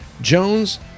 Jones